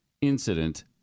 incident